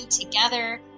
together